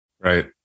Right